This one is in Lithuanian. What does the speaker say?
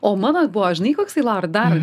o mano buvo žinai koksai laura dar